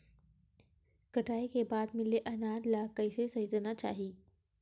कटाई के बाद मिले अनाज ला कइसे संइतना चाही?